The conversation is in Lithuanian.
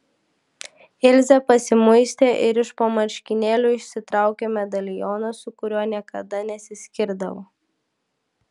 ilzė pasimuistė ir iš po marškinėlių išsitraukė medalioną su kuriuo niekada nesiskirdavo